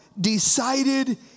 decided